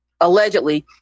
allegedly